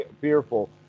fearful